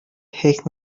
heck